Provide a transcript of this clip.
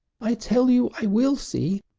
i tell you i will see!